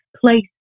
place